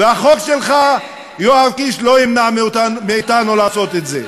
החוק שלך, יואב קיש, לא ימנע מאתנו לעשות את זה.